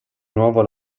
nuovo